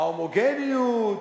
ההומוגניות,